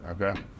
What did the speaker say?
okay